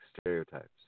stereotypes